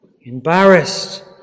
embarrassed